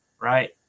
right